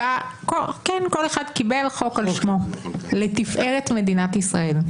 כן, כל אחד קיבל חוק על שמו לתפארת מדינת ישראל.